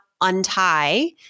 untie